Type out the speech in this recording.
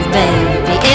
baby